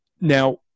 Now